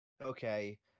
okay